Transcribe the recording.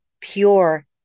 Pure